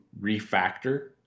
refactor